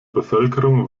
bevölkerung